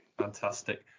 Fantastic